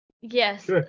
yes